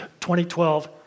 2012